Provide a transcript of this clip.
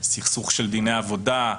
סכסוך של דיני עבודה.